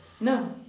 No